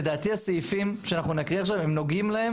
לדעתי הסעיפים שאנחנו נקריא עכשיו הם נוגעים להם